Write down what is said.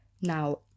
Now